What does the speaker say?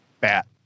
bat